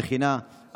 מכינה,